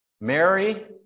Mary